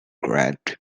red